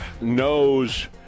knows